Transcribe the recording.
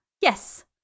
yes